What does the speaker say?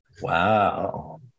Wow